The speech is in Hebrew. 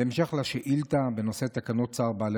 בהמשך לשאילתה בנושא תקנות צער בעלי